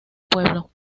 pueblo